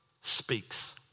speaks